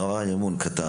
הרב מונק,